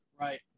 Right